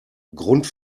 grund